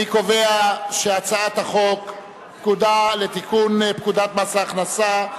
אני קובע שהצעת החוק לתיקון פקודת מס הכנסה,